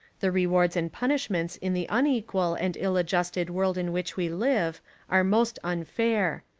the rewards and punishments in the unequal and ill-adjusted world in which we live are most unfair.